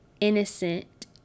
innocent